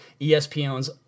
ESPN's